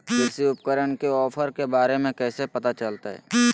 कृषि उपकरण के ऑफर के बारे में कैसे पता चलतय?